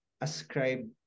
ascribe